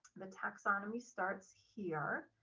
the taxonomy starts here.